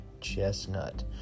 Chestnut